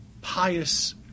pious